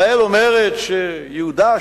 ישראל אומרת שיהודה,